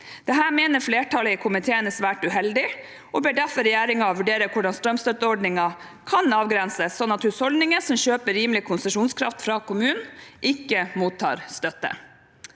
Dette mener flertallet i komiteen er svært uheldig, og de ber derfor regjeringen vurdere hvordan strømstøtteordningen kan avgrenses, slik at husholdninger som kjøper rimelig konsesjonskraft fra kommunen, ikke mottar støtte.